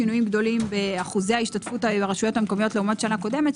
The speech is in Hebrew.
שינוי מאחוז ההשתתפות של הרשות בשנה הקודמת.